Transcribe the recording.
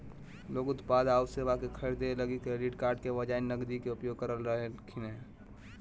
लोग उत्पाद आऊ सेवा के खरीदे लगी क्रेडिट कार्ड के बजाए नकदी के उपयोग कर रहलखिन हें